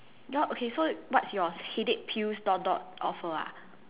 your okay so what's yours headache pills dot dot offer ah